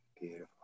Beautiful